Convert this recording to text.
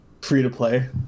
free-to-play